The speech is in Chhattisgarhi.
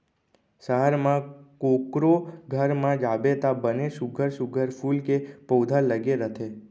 सहर म कोकरो घर म जाबे त बने सुग्घर सुघ्घर फूल के पउधा लगे रथे